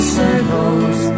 circles